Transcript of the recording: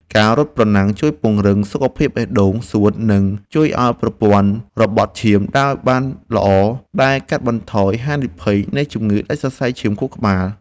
ការរត់ប្រណាំងជួយពង្រឹងសុខភាពបេះដូង សួត និងជួយឱ្យប្រព័ន្ធរបត់ឈាមដើរបានល្អ ដែលកាត់បន្ថយហានិភ័យនៃជំងឺដាច់សរសៃឈាមខួរក្បាល។